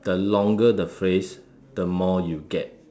the longer the phrase the more you get